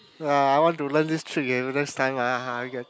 ya I want to learn this trick eh next time ah can